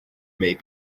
may